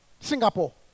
Singapore